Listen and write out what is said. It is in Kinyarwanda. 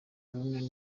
rooney